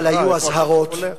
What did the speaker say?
היו אזהרות,